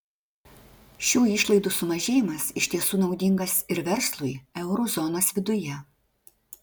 šių išlaidų sumažėjimas iš tiesų naudingas ir verslui euro zonos viduje